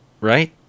right